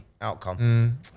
Outcome